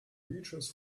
reaches